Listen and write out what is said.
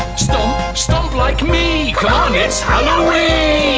stomp. stomp like me. come on, it's halloween.